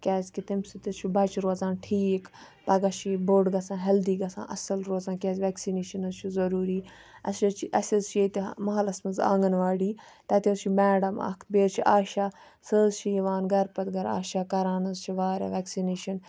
کیازکہِ تمہِ سۭتۍ حظ چھُ بَچہ روزان ٹھیٖکھ پَگَہہ چھُ یہِ بوٚڈ گَژھان ہیٚلدی گَژھان اَصل روزان کیاز ویٚکسِنیشَن حظ چھُ ضوٚروٗری اسہِ حظ چھُ ییٚتہِ مَحلَس مَنٛز آنٛگَن واڈی تَتہِ حظ چھُ میڈَم اکھ بییٚہِ حظ چھُ آشا سۄ حظ چھِ یِوان گَر پَتہٕ گَر آشا کَران حظ چھِ واریاہ ویٚکسِنیشَن